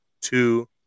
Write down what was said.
two